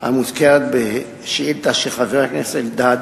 המוזכרת בשאילתא של חבר הכנסת אלדד